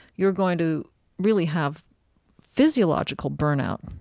you're going to really have physiological burnout,